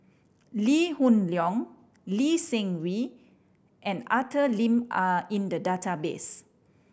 Lee Hoon Leong Lee Seng Wee and Arthur Lim are in the database